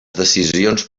decisions